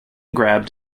grabbed